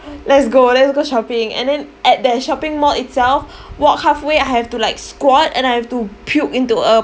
let's go let's go shopping and then at that shopping mall itself walk halfway I have to like squat and I have to puke into a